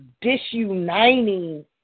disuniting